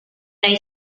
dai